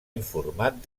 informat